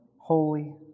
holy